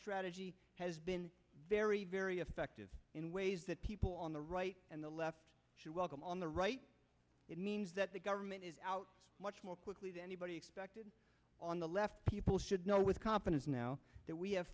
strategy has been very very effective in ways that people on the right and the left should welcome on the right it means that the government is out much more quickly than anybody expected on the left people should know with competence now that we have